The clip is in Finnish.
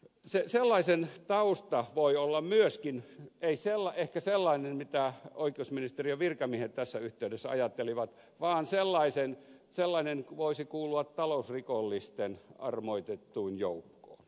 sellaisen tausta voi olla myöskin ei ehkä sellainen mitä oikeusministeriön virkamiehet tässä yhteydessä ajattelivat vaan sellainen voisi kuulua talousrikollisten armoitettuun joukkoon